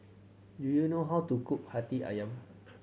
do you know how to cook Hati Ayam